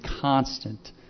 constant